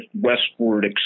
westward